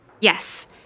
Yes